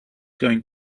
going